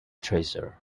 treasure